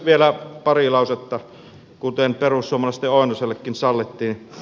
vielä pari lausetta kuten perussuomalaisten oinosellekin sallittiin